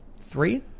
Three